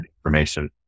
information